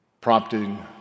prompting